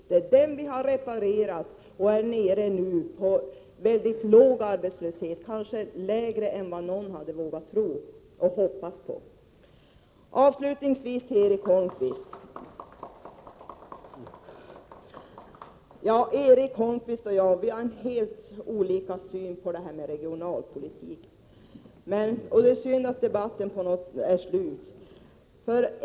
Sedan har vi reparerat, och arbetslösheten är nu mycket låg, kanske lägre än vad någon hade vågat hoppas på. Avslutningsvis: Erik Holmkvist och jag har helt olika syn på regionalpolitik, och det är synd att debatten är slut.